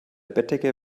bettdecke